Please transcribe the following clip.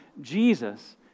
Jesus